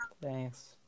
Thanks